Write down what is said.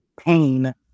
pain